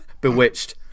bewitched